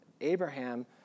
Abraham